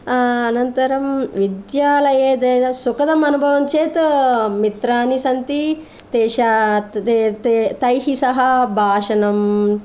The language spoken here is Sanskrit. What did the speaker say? अनन्तरं विद्यालये सुखम् अनुभवं चेत् मित्राणि सन्ति तेषां तैः सह भाषणं